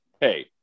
hey